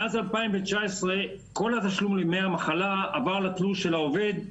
מאז 2019 כל הקשור לימי המחלה עבר לתלוש של העובד,